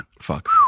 Fuck